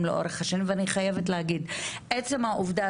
לאורך השנים ואני חייבת להגיד שעצם העובדה